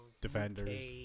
Defenders